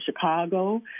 chicago